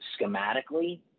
schematically